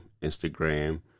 Instagram